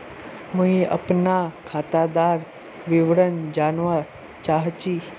मुई अपना खातादार विवरण जानवा चाहची?